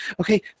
okay